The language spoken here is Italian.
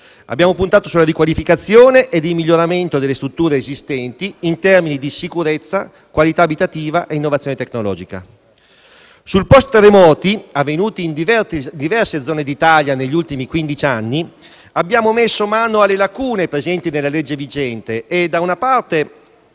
Abbiamo puntato sulla riqualificazione e il miglioramento delle strutture esistenti in termini di sicurezza, qualità abitativa e innovazione tecnologica. Sul post-terremoti, situazioni presenti in diverse zone d'Italia negli ultimi quindici anni, abbiamo messo mano alle lacune presenti nella legge vigente e da una parte